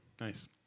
Nice